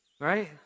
right